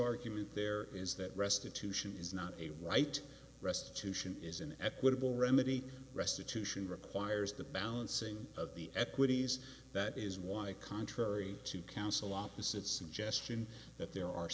argument there is that restitution is not a right restitution is an equitable remedy restitution requires the balancing of the equities that is why contrary to counsel opposite suggestion that there are